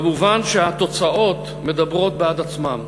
כמובן התוצאות מדברות בעד עצמן.